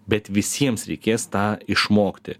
bet visiems reikės tą išmokti